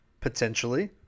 potentially